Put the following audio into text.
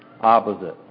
opposite